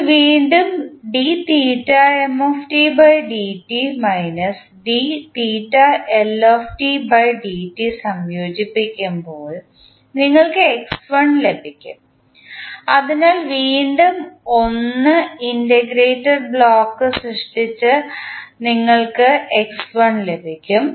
നിങ്ങൾ വീണ്ടും സംയോജിപ്പിക്കുമ്പോൾ നിങ്ങൾക്ക് x1 ലഭിക്കും അതിനാൽ വീണ്ടും 1 ഇന്റഗ്രേറ്റർ ബ്ലോക്ക് സൃഷ്ടിച്ച് നിങ്ങൾക്ക് x1 ലഭിക്കും